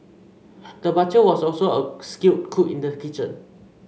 the butcher was also a skilled cook in the kitchen